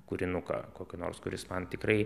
kūrinuką kokį nors kuris man tikrai